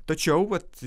tačiau vat